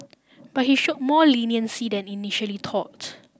but he show more leniency than initially thought